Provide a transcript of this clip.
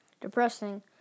depressing